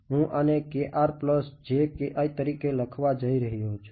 તેથી હું આને તરીકે લખવા જઈ રહ્યો છું